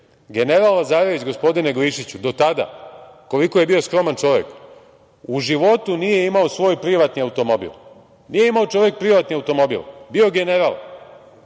Lazarević, gospodine Glišiću, do tada, koliko je bio skroman čovek, u životu nije imao svoj privatni automobil. Nije imao čovek privatni automobil, bio general.